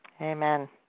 Amen